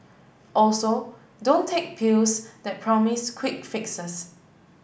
also don't take pills that promise quick fixes